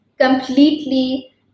completely